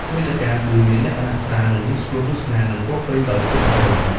មាតិកា គឺមានលក្ខណៈស្រាល ងាយស្រួលទស្សនា និងពោរពេញដោយក្តីសង្ឃឹម។